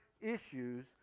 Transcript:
issues